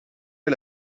est